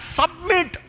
submit